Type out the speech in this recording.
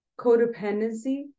codependency